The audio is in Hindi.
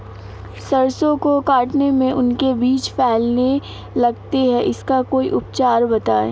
सरसो को काटने में उनके बीज फैलने लगते हैं इसका कोई उपचार बताएं?